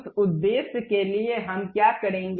उस उद्देश्य के लिए हम क्या करेंगे